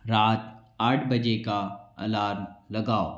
रात आठ बजे का अलार्म लगाओ